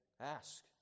Ask